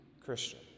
Christian